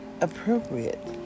appropriate